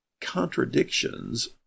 contradictions